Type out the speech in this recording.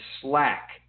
Slack